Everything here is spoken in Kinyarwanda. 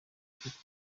kuko